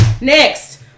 Next